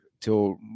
till